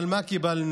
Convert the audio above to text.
אבל מה קיבלנו